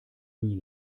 nie